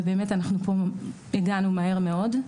ובאמת אנחנו פה הגענו מהר מאוד.